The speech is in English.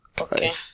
Okay